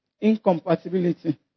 Incompatibility